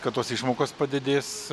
kad tos išmokos padidės